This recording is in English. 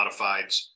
modifieds